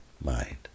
mind